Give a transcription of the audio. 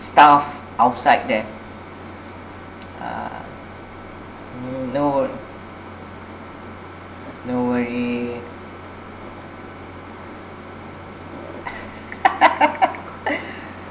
stuff outside there uh no no wor~ no worry